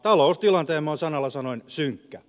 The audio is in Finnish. taloustilanteemme on sanalla sanoen synkkä